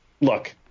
look